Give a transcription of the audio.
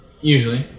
Usually